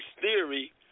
theory